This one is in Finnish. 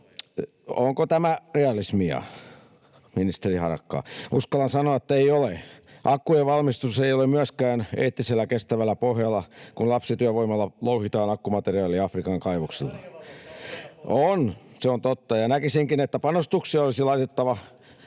Onko tämä realismia, ministeri Harakka? Uskallan sanoa, että ei ole. Akkujen valmistus ei ole myöskään eettisellä, kestävällä pohjalla, kun lapsityövoimalla louhitaan akkumateriaalia Afrikan kaivoksilla. [Jari Myllykoski: Kyllä meillä Harjavallassa